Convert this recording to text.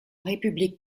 république